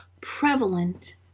prevalent